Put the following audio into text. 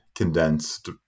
Condensed